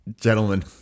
Gentlemen